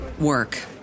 work